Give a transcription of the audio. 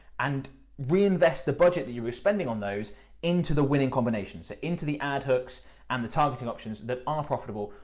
and reinvest the budget you were spending on those into the winning combination. so into the ad hooks and the targeting options that are profitable,